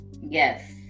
yes